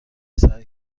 سعی